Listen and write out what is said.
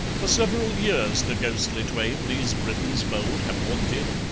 for several years the ghostly twain these britons bold have haunted,